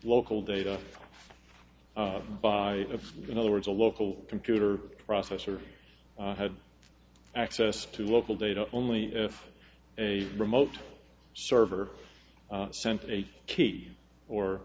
local data by of in other words a local computer processor had access to local data only if a remote server sent a key or